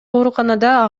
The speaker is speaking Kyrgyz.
ооруканада